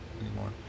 anymore